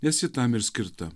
nes ji tam ir skirta